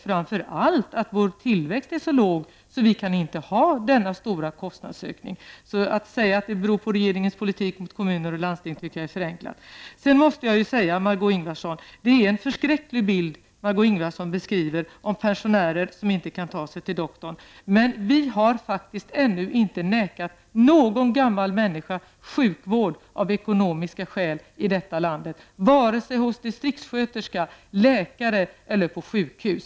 Framför allt är vår tillväxt så låg att det inte går att ha denna stora kostnadsökning. Att, som sagt, bara säga att förklaringen här är regeringens politik gentemot kommuner och landsting tycker jag är ett förenklat resonemang. Sedan måste jag säga att det är en förskräcklig bild som Margó Ingvardsson här ger av pensionärer som inte kan ta sig till doktorn. I detta land har faktiskt ännu aldrig någon gammal människa nekats sjukvård av ekonomiska skäl vare sig hos distriktssköterska, hos läkare eller på sjukhus.